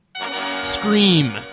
Scream